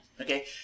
Okay